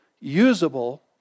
usable